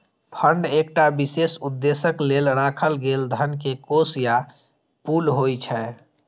fund एकटा विशेष उद्देश्यक लेल राखल गेल धन के कोष या पुल होइ छै